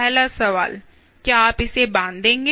पहला सवाल क्या आप इसे बांधेंगे